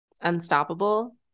unstoppable